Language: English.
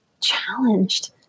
challenged